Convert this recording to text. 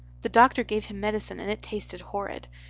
the doctor gave him medicine and it tasted horrid.